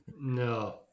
No